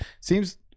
seems